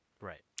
right